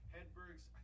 Hedberg's